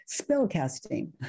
spellcasting